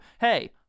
hey